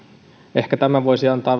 ehkä tämä voisi antaa